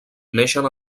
neixen